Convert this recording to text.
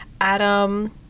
Adam